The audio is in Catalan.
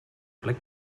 plec